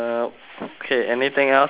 okay anything else come ask me